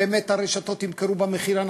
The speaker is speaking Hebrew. באמת הרשתות ימכרו במחיר נכון?